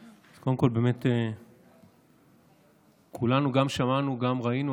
אז קודם כול, כולנו גם שמענו, גם ראינו.